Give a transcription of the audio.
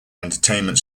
entertainment